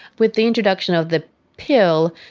with the introduction of the pill,